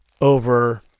over